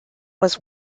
was